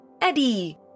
Eddie